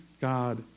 God